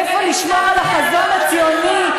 איפה נשמע על החזון הציוני,